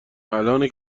الانه